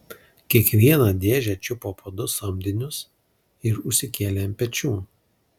kiekvieną dėžę čiupo po du samdinius ir užsikėlė ant pečių